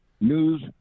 News